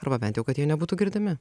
arba bent jau kad jie nebūtų girdimi